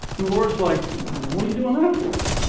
lord's like what are you doing that for?